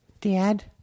Dad